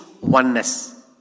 oneness